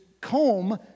comb